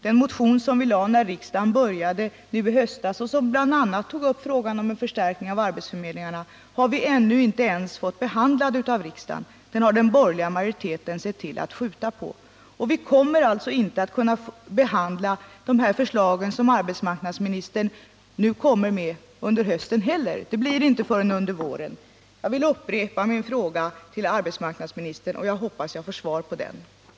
Den motion som vi lade fram när riksdagsarbetet började och som bl.a. tog upp frågan om en resursförstärkning för arbetsförmedlingarna har vi ännu inte fått behandlad av riksdagen — den borgerliga majoriteten har sett till att behandlingen av den har uppskjutits. De förslag arbetsmarknadsministern nu skall lägga fram kommer inte heller att kunna behandlas under hösten, utan de kommer att tas upp först till våren. Jag ber än en gång arbetsmarknadsministern svara på min fråga. Herr talman! Min repliktid räckte inte till för att besvara Anna-Greta Leijons fråga i mitt förra anförande. Jag skall därför ta upp den nu. Det är inte något unikt att ett utredningsarbete behöver behandlas i remissinstanser och inom regeringens kansli under ett år, innan man kan förelägga riksdagen förslag.